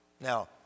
Now